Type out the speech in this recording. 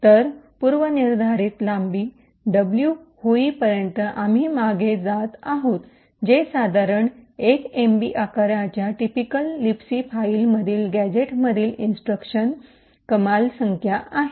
तर पूर्वनिर्धारित लांबी "डब्ल्यू" होईपर्यंत आम्ही मागे जात आहोत जे साधारण 1 एमबी आकाराच्या टिपिकल लिबसी फाईलमधील गॅझेटमधील इंस्ट्रक्शन कमाल मैक्समम maximum संख्या आहे